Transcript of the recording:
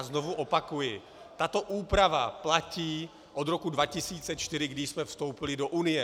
Znovu opakuji, tato úprava platí od roku 2004, kdy jsme vstoupili do Unie.